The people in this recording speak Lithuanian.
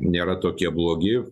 nėra tokie blogi